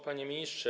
Panie Ministrze!